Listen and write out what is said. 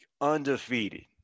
undefeated